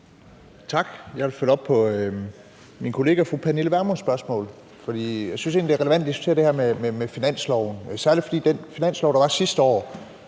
Tak. Jeg vil følge op på min kollega fru Pernille Vermunds spørgsmål. Jeg synes egentlig, det er relevant at diskutere det her med finansloven. Særlig fordi den finanslov, der var sidste år,